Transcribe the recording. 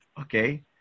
Okay